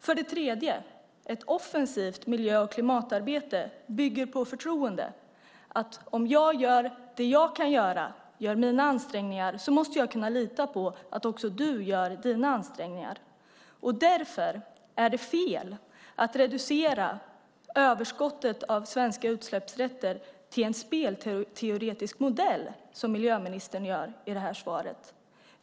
För det tredje: Ett offensivt miljö och klimatarbete bygger på förtroendet att om jag gör det jag kan göra och gör mina ansträngningar måste jag kunna lita på att också du gör dina ansträngningar. Därför är det fel att reducera överskottet av svenska utsläppsrätter till en spelteoretisk modell, som miljöministern gör i svaret.